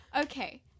Okay